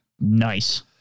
Nice